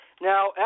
Now